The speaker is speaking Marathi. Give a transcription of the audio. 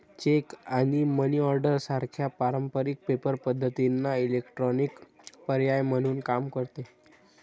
चेक आणि मनी ऑर्डर सारख्या पारंपारिक पेपर पद्धतींना इलेक्ट्रॉनिक पर्याय म्हणून काम करते